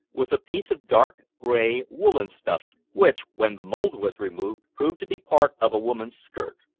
was a piece of dark gray woolen stuff which, when the mold was removed, proved to be part of a woman's skirt.